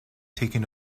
taken